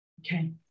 Okay